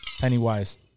Pennywise